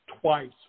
twice